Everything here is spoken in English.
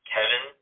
Kevin